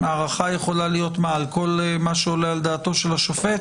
הארכה יכולה להיות על כל מה שעולה על דעתו של השופט?